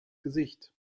gesicht